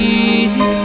easy